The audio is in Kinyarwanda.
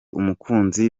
umukunzi